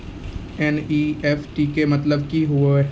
NEFT के मतलब का होव हेय?